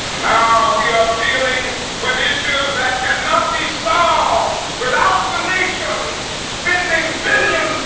now we are dealing with issues that cannot be solved without the nation spending billions